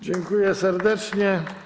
Dziękuję serdecznie.